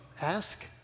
ask